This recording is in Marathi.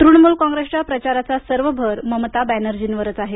तृणमूल कॉंग्रेसच्या प्रचाराचा सर्व भर ममता बॅनर्जींवरच आहे